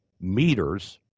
meters